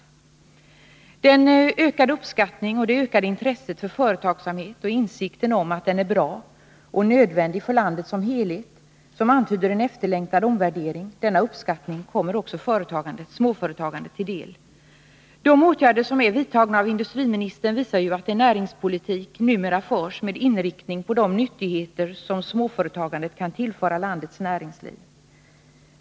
att minska räntekostnaderna för småföretagare Den ökade uppskattningen av och det ökade intresset för företagsamheten och insikten om att denna är bra och nödvändig för landet som helhet — vilket antyder en efterlängtad omvärdering — kommer också småföretagandet till del. De åtgärder som är vidtagna av industriministern visar ju att näringspolitiken numera förs med inriktning på de nyttigheter som småföretagandet kan tillföra landets näringsliv.